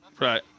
Right